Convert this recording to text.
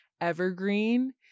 evergreen